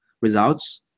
results